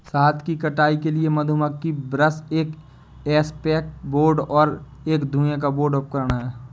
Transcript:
शहद की कटाई के लिए मधुमक्खी ब्रश एक एस्केप बोर्ड और एक धुएं का बोर्ड उपकरण हैं